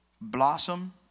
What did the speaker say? blossom